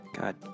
God